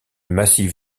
massif